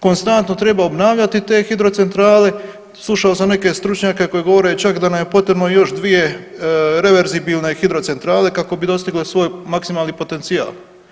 Konstantno treba obnavljati te hidrocentrale, slušao sam neke stručnjake koji govore čak da nam je potrebno još 2 reverzibilne hidrocentrale kako bi dostigle svoj maksimalni potencijal.